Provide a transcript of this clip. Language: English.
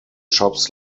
shops